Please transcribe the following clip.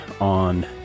on